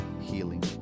healing